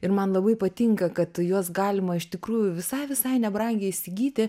ir man labai patinka kad juos galima iš tikrųjų visai visai nebrangiai įsigyti